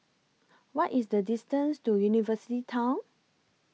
What IS The distance to University Town